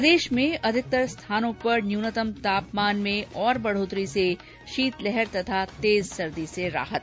प्रदेश में अधिकतर स्थानों पर न्यूनतम तापमान में बढ़ोतरी से शीतलहर और तेज सर्दी से राहत